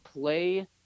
play